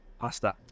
pasta